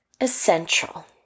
essential